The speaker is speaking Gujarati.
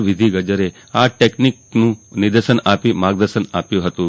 વિધિ ગજ્જરે આ ટેકનીકનું નિદર્શન આપી માર્ગદર્શન આપ્યું હતું